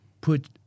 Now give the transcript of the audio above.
put